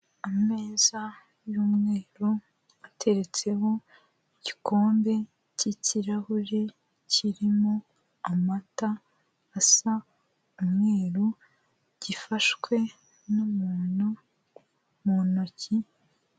Ameza y'umweru ateretseho igikombe cy'ikirahure kirimo amata asa umweru gifashwe n'umuntu mu ntoki.